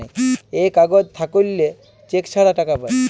এই কাগজ থাকল্যে চেক ছাড়া টাকা পায়